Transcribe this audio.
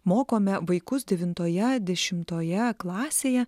mokome vaikus devintoje dešimtoje klasėje